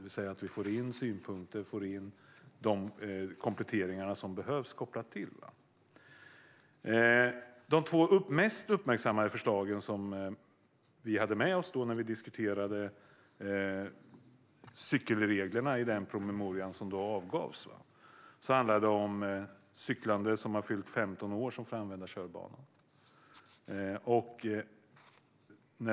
Vi får in synpunkter och de kompletteringar som behövs. De två mest uppmärksammade förslagen som ingick när vi diskuterade cykelreglerna i den promemoria som då avgavs handlade om att cyklister som fyllt 15 får använda körbanan.